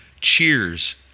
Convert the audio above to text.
Cheers